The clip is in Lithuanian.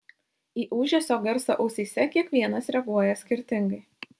į ūžesio garsą ausyse kiekvienas reaguoja skirtingai